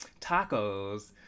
Tacos